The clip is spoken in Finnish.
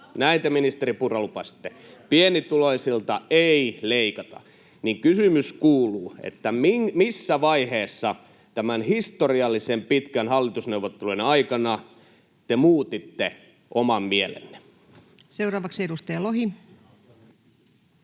näin te, ministeri Purra, lupasitte, pienituloisilta ei leikata — niin kysymys kuuluu, missä vaiheessa näiden historiallisen pitkien hallitusneuvotteluiden aikana te muutitte oman mielenne. [Speech